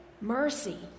mercy